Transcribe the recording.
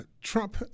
Trump